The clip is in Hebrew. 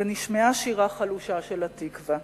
ונשמעה שירה חלושה של "התקווה".